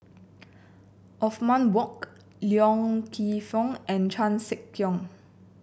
Othman Wok Loy Keng Foo and Chan Sek Keong